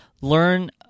Learn